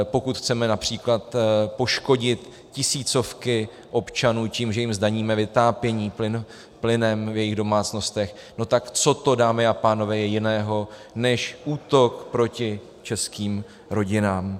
Pokud chceme například poškodit tisícovky občanů tím, že jim zdaníme vytápění plynem v jejich domácnostech, no tak co to, dámy a pánové, je jiného než útok proti českým rodinám.